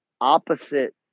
opposite